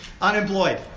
unemployed